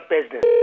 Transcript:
business